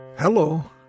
Hello